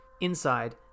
inside